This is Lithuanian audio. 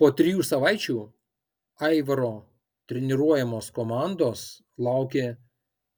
po trijų savaičių aivaro treniruojamos komandos laukė